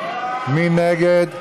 מי נגד?